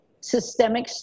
systemic